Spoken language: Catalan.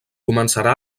començarà